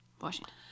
washington